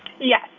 Yes